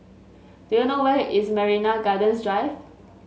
do you know where is Marina Gardens Drive